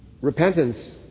Repentance